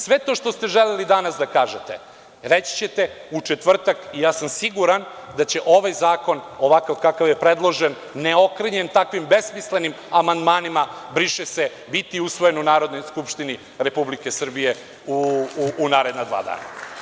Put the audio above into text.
Sve to što ste želeli danas da kažete, reći ćete u četvrtak i ja sam siguran da će ovaj zakon ovakav kakav je predložen neokrnjen takvim besmislenim amandmanima „briše se“ biti usvojen u Narodnoj skupštini Republike Srbije u naredna dva dana.